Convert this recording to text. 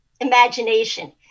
imagination